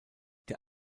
der